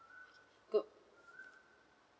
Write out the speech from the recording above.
good